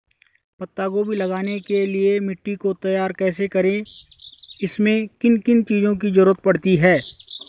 पत्ता गोभी लगाने के लिए मिट्टी को तैयार कैसे करें इसमें किन किन चीज़ों की जरूरत पड़ती है?